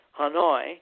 Hanoi